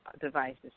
devices